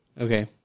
Okay